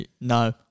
No